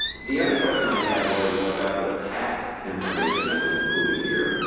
the other question i had was about the tax information that was included here.